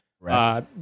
Right